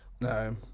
No